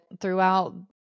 throughout